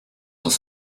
was